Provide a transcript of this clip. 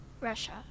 Russia